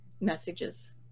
messages